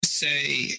say